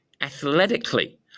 Athletically